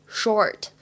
short